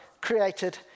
created